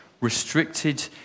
restricted